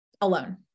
alone